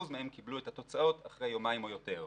מהם קיבלו את התוצאות אחרי יומיים או יותר.